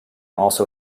also